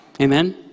Amen